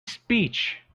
speech